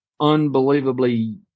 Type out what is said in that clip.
unbelievably